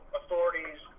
authorities